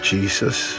Jesus